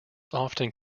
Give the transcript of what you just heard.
often